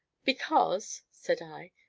because, said i,